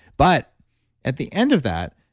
but at the end of that,